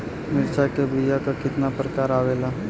मिर्चा के बीया क कितना प्रकार आवेला?